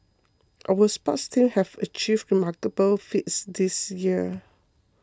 our sports teams have achieved remarkable feats this year